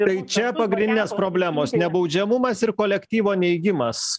tai čia pagrindinės problemos nebaudžiamumas ir kolektyvo neigimas